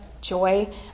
joy